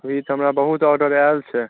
हॅं अभी तऽ हमरा बहुत आर्डर आयल छै